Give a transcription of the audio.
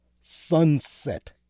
sunset